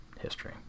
history